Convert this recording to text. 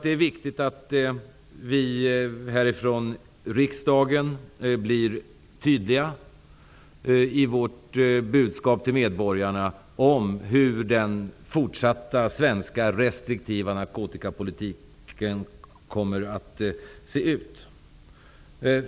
Det är viktigt att vi i riksdagen blir tydliga i vårt budskap till medborgarna om hur den fortsatta svenska restriktiva narkotikapolitiken kommer att se ut.